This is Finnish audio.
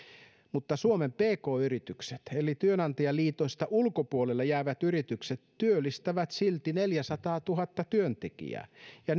mutta suomen pk yritykset eli työnantajaliitoista ulkopuolelle jäävät yritykset työllistävät silti neljäsataatuhatta työntekijää ja